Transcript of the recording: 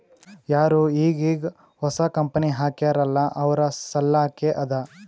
ಯಾರು ಈಗ್ ಈಗ್ ಹೊಸಾ ಕಂಪನಿ ಹಾಕ್ಯಾರ್ ಅಲ್ಲಾ ಅವ್ರ ಸಲ್ಲಾಕೆ ಅದಾ